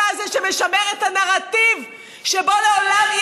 אתה זה שמשמר את הנרטיב שבו לעולם לא